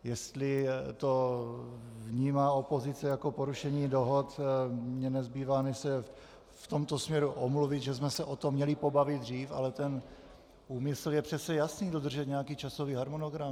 Jestli to vnímá opozice jako porušení dohod, mně nezbývá, než se v tomto směru omluvit, že jsme se o tom měli pobavit dřív, ale ten úmysl je přece jasný dodržet nějaký časový harmonogram.